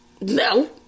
no